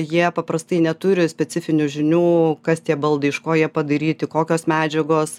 jie paprastai neturi specifinių žinių kas tie baldai iš ko jie padaryti kokios medžiagos